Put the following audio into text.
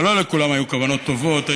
אבל לא לכולם היו כוונות טובות.